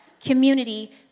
community